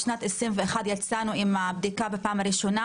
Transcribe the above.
בשנת 21' יצאנו עם הבדיקה בפעם הראשונה